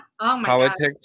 Politics